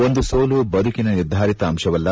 ಒಂದು ಸೋಲು ಬದುಕಿನ ನಿರ್ಧಾರಿತ ಅಂಶವಲ್ಲ